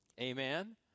Amen